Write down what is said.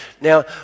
Now